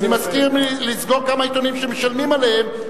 אני מציע לסגור כמה עיתונים שמשלמים עליהם,